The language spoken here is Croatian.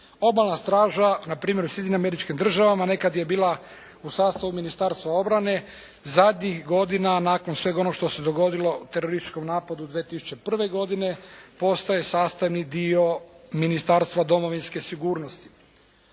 Obalna straža npr. u Sjedinjenim Američkim Državama nekad je bila u sastavu Ministarstva obrane, zadnjih godina nakon svega onog što se dogodilo u terorističkom napadu 2001. godine postaje sastavni dio Ministarstva domovinske sigurnosti.